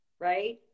right